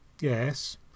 Yes